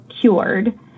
cured